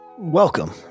Welcome